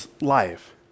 life